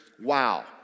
wow